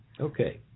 Okay